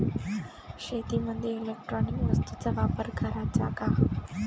शेतीमंदी इलेक्ट्रॉनिक वस्तूचा वापर कराचा का?